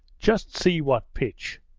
just see what pitch!